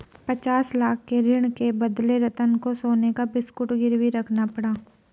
पचास लाख के ऋण के बदले रतन को सोने का बिस्कुट गिरवी रखना पड़ा